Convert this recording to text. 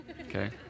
Okay